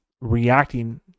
reacting